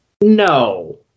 No